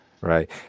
Right